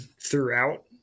throughout